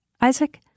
Isaac